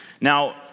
Now